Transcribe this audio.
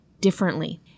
differently